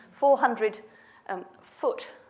400-foot